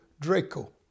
Draco